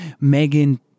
Megan